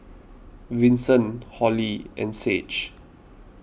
Vinson Holli and Sage